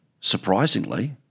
surprisingly